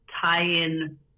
tie-in